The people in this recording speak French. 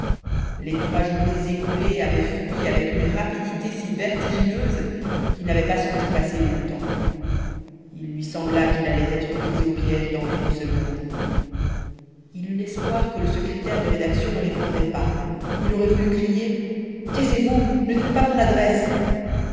les trois journées écoulées avaient fui avec une rapidité si vertigineuse qu'il n'avait pas senti passer le temps il lui sembla qu'il allait être pris au piège dans une seconde il eut l'espoir que le secrétaire de rédaction ne répondrait pas il aurait voulu crier taisez-vous ne dites pas mon adresse